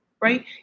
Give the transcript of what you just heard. right